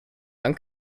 dann